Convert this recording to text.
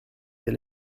des